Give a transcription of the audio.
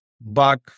back